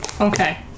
Okay